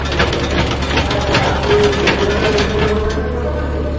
hello হ্যাঁ দাদা আপনি সত্য নারায়ণ মিষ্টান্ন ভাণ্ডার থেকে কথা বলছেন